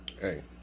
Hey